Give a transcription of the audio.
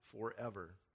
forever